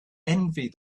envy